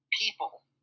people